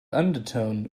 undertone